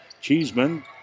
Cheeseman